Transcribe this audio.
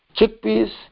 chickpeas